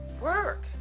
work